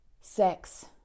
sex